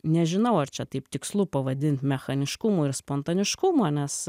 nežinau ar čia taip tikslu pavadint mechaniškumo ir spontaniškumo nes